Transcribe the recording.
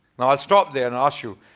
nou, i'll stop there and ask you